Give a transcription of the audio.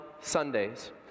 Sundays